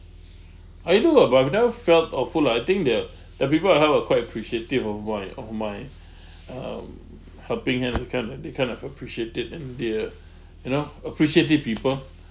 I knew ah but I've never felt awful lah I think they're the people I helped were quite appreciative of my of my um helping hand they kind they kind of appreciative and they're you know appreciative people